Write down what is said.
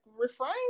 refrain